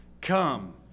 Come